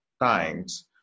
times